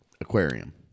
Aquarium